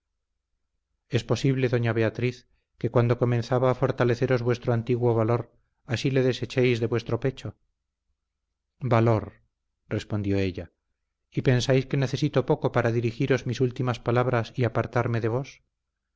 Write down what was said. es posible doña beatriz que cuando comenzaba a fortaleceros vuestro antiguo valor así le desechéis de vuestro pecho valor respondió ella y pensáis que necesito poco para dirigiros mis últimas palabras y apartarme de vos